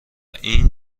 این